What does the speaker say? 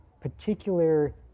particular